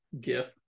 gift